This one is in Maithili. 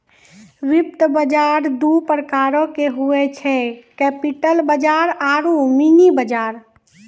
वित्त बजार दु प्रकारो के होय छै, कैपिटल बजार आरु मनी बजार